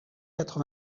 quatre